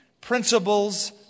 principles